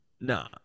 Nah